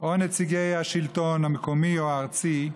או נציגי השלטון המקומי או הארצי,